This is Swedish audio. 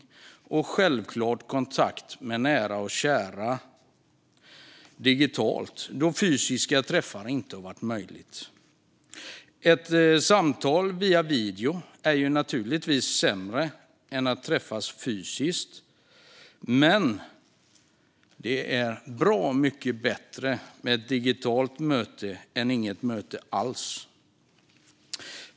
Och det handlar självklart om digital kontakt med nära och kära då fysiska träffar inte har varit möjliga. Ett videosamtal är naturligtvis sämre än att träffas fysiskt, men ett digitalt möte är bra mycket bättre än inget möte alls.